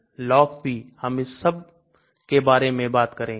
LogP हम इन सब के बारे में बात करेंगे